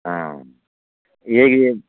हाँ यही है